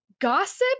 gossip